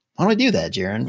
i wanna do that, jaren,